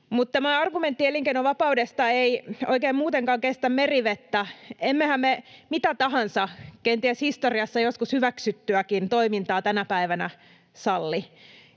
tämä argumentti elinkeinovapaudesta ei oikein muutenkaan kestä merivettä. Emmehän me mitä tahansa, kenties historiassa joskus hyväksyttyäkin, toimintaa tänä päivänä salli.